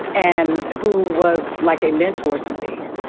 and who was like a mentor to me.